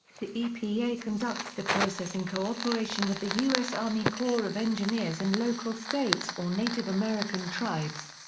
the epa conducts the process in cooperation with the u s. army corps of engineers and local states or native american tribes.